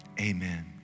Amen